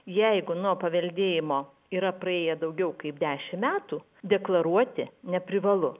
jeigu nuo paveldėjimo yra praėję daugiau kaip dešimt metų deklaruoti neprivalu